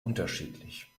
unterschiedlich